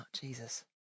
jesus